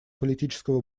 политического